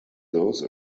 those